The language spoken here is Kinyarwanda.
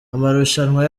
amarushanwa